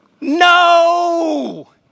No